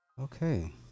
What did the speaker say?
okay